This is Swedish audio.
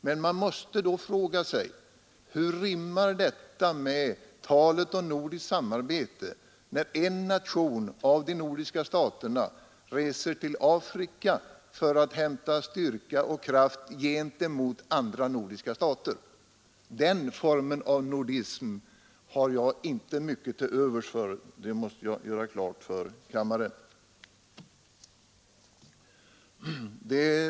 Men man måste fråga sig: Hur rimmar talet om nordiskt samarbete med att en av de nordiska staterna reser till Afrika för att hämta styrka och kraft gentemot andra nordiska stater? Den formen av nordism har jag inte mycket till övers för, det måste jag göra klart för kammaren!